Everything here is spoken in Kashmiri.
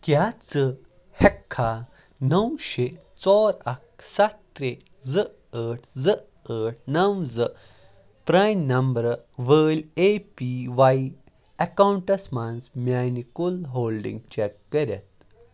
کیٛاہ ژٕ ہیٛککھا نو شےٚ ژور اکھ ستھ ترٛےٚ زٕ ٲٹھ زٕ ٲٹھ نو زٕ پرٛانہٕ نمبرٕ وٲلۍ اے پی واٮٔی اکاؤنٹس منٛز میٛانہِ کل ہولڈنٛگ چیٚک کٔرتھ